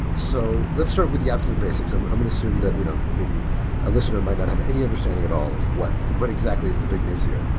so let's start with the absolute basics. i'm um going to assume that you know maybe a listener might not have any understanding at all of what what exactly is the big news here.